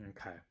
Okay